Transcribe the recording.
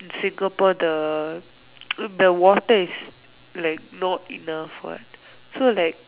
Singapore the the water is like not enough what so like